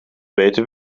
beter